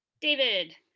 David